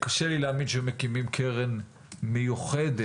קשה לי להאמין שמקימים קרן מיוחדת